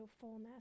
fullness